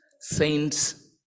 saints